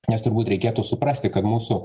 nes turbūt reikėtų suprasti kad mūsų